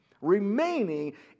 remaining